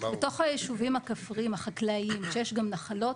בתוך היישובים הכפריים, החקלאיים, שיש גם נחלות